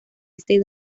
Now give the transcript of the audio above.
este